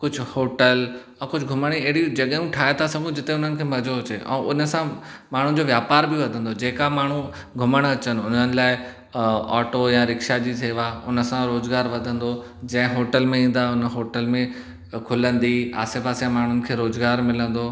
कुझु होटल कुझु घुमण जी अहिड़ियूं जॻहियूं ठाहे था सघूं जिथे हुननि खे मज़ो अचे ऐं हुनसां माण्हूनि जो वापार बि वधंदो जेका माण्हूं घुमण अचनि हुननि लाइ ऑटो या रिक्शा जी सेवा उन सां रोजगार वधंदो जे होटल में ईंदा हुननि होटल में खुलंदी आसे पासे माण्हूनि खे रोज़गार मिलंदो